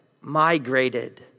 migrated